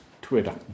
Twitter